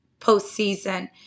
postseason